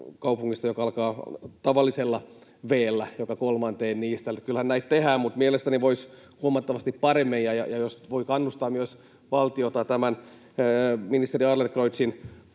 kaupungista, joka alkaa tavallisella v:llä, joka kolmanteen niistä. Kyllähän näitä tehdään, mutta mielestäni voisi tehdä huomattavasti paremmin, ja jos voi kannustaa myös valtiota tämän ministeri Adlercreutzin